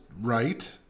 right